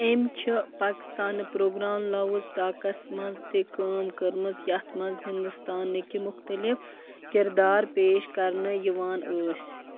أمۍ چھُ پاکستانہٕ پروگرام لاوُز ٹاکَس منٛز تہِ کٲم کٔرمٕژ یَتھ منٛز ہِنٛدوستانٕکہِ مُختلِف کِردار پیش كَرنہٕ یوان ٲسۍ